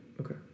Okay